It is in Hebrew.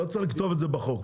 לא צריך לכתוב את זה בחוק.